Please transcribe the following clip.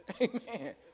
Amen